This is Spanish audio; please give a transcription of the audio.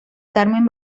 carmen